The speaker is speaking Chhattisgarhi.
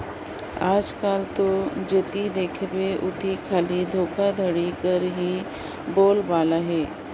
आएज काएल दो जिते देखबे उते खाली धोखाघड़ी कर ही बोलबाला अहे